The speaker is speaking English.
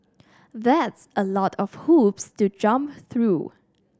that's a lot of hoops to jump through